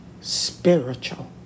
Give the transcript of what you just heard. spiritual